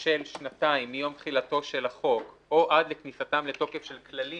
של שנתיים מיום תחילתו של החוק או עד לכניסתם לתוקף של כללים